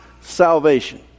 salvation